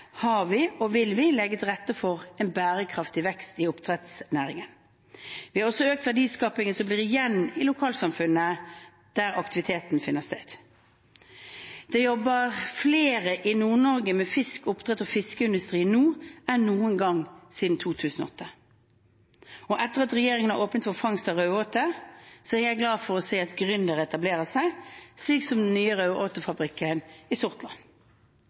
har vi lagt og vil legge til rette for en bærekraftig vekst i oppdrettsnæringen. Vi har også økt verdiskapingen som blir igjen i lokalsamfunnet der aktiviteten finner sted. Det jobber flere i Nord-Norge med fisk, oppdrett og fiskeindustri nå enn noen gang siden 2008. Og etter at regjeringen har åpnet for fangst av raudåte, er jeg glad for å se at gründere etablerer seg, slik som den nye raudåtefabrikken i Sortland.